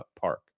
park